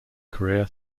career